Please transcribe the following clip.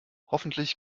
hoffentlich